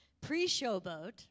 pre-showboat